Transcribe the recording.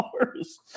hours